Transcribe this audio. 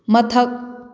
ꯃꯊꯛ